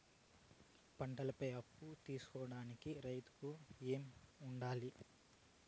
పంటల పై అప్పు తీసుకొనేకి రైతుకు ఏమేమి వుండాలి?